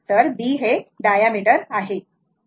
तर b हे diameter आहे